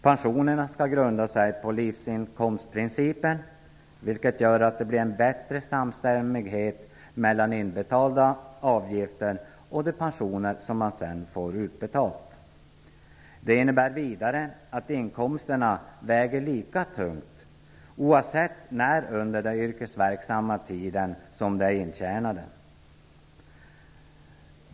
Pensionerna skall grunda sig på livsinkomstprincipen, vilket gör att det blir en bättre samstämmighet mellan inbetalda avgifter och de pensioner som man sedan får utbetalda. Det innebär vidare att inkomsterna väger lika tungt oavsett när under den yrkesverksamma tiden som de är intjänade.